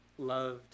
loved